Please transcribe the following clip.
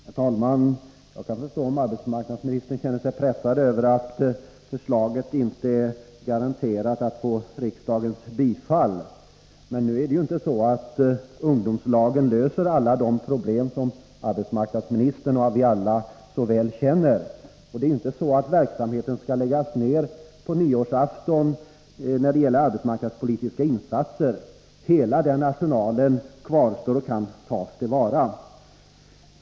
Herr talman! Jag kan förstå om arbetsmarknadsministern känner sig pressad över att förslaget inte är garanterat att få riksdagens bifall. Men nu är det ju inte så att ungdomslagen löser alla de problem som enligt vad arbetsmarknadsministern och alla vi andra vet finns. Det är ju inte så, att verksamheten när det gäller arbetsmarknadspolitiska insatser skall läggas ned på nyårsafton; hela den arsenalen kvarstår och kan tas till vara.